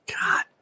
God